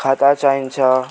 खाता चाहिन्छ